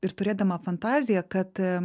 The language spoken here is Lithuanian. ir turėdama fantaziją kad